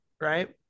right